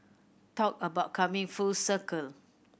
talk about coming full circle